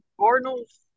Cardinals